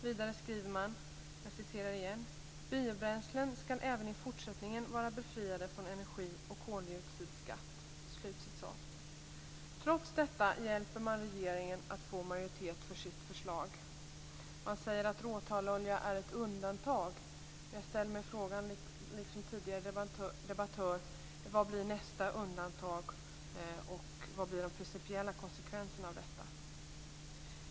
Vidare skriver man: "Biobränslen ska även i fortsättningen vara befriade från energi och koldioxidskatt." Trots detta hjälper man regeringen att få majoritet för sitt förslag. Man säger att råtallolja är ett undantag. Men liksom tidigare debattör ställer jag mig frågan: Vad blir nästa undantag, och vad blir de principiella konsekvenserna av detta?